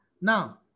Now